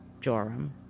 Joram